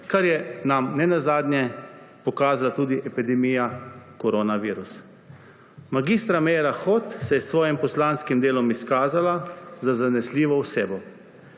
kar nam je ne nazadnje pokazala tudi epidemija koronavirusa. Mag. Meira Hot se je s svojim poslanskim delom izkazala za zanesljivo osebo,